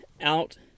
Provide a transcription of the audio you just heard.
out